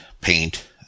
paint